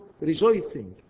rejoicing